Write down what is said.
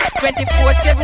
24-7